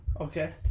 Okay